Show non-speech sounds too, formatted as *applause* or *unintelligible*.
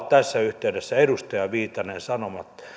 *unintelligible* tässä yhteydessä edustaja viitanen sanomatta